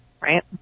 right